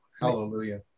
hallelujah